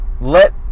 let